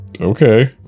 Okay